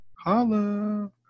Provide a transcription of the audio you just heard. Holla